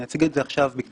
אני אציג את זה עכשיו בקצרה.